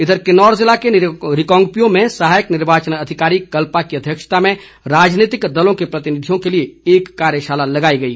इधर किन्नौर ज़िला के रिकांगपिओ में सहायक निर्वाचन अधिकारी कल्पा की अध्यक्षता में राजनीतिक दलों के प्रतिनिधियों के लिए एक कार्यशाला लगाई गई